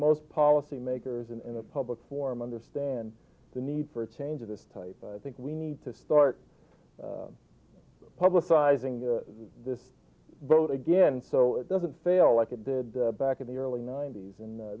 most policy makers in a public forum understand the need for a change of this type i think we need to start publicizing the this boat again so it doesn't fail like it did back in the early ninety's and